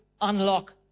unlock